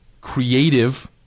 creative